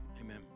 Amen